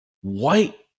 white